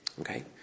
Okay